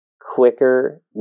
quicker